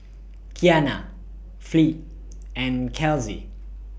Kianna Fleet and Kelsey